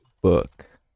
Book